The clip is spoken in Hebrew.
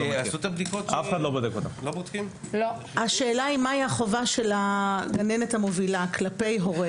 מה היא החובה של הגננת המובילה כלפי אותו הורה